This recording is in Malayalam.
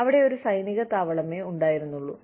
അവിടെ ഒരു സൈനിക താവളമേ ഉണ്ടായിരുന്നുള്ളൂ